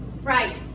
right